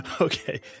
okay